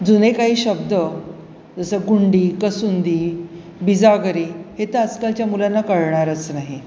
जुने काही शब्द जसं गुंडी कसुंदी बिझागरी हे तर आजकालच्या मुलांना कळणारच नाही